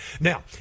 Now